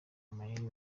amayeri